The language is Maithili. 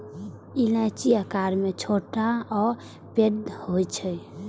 इलायची आकार मे छोट आ पैघ होइ छै